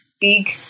big